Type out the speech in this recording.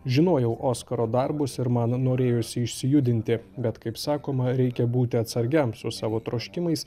žinojau oskaro darbus ir man norėjosi išsijudinti bet kaip sakoma reikia būti atsargiam su savo troškimais